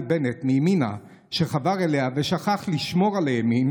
בנט מימינה חבר אליה ושכח לשמור על הימין,